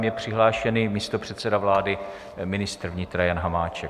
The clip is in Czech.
Je přihlášen místopředseda vlády, ministr vnitra Jan Hamáček.